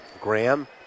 Graham